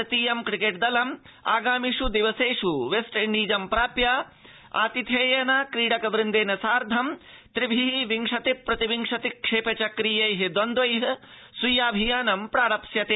भारतीयं क्रीडक दलम् आगामिषु दिवसेषु वेस्टइण्डीजं सम्प्राप्य आतिथेयेन क्रीडक वृन्देन साधं विंशति प्रतिविंशति क्षेप चक्रीयै द्वन्द्वै स्वीयाभियानं प्रारप्स्यते